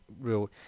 real